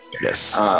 yes